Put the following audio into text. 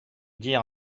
dire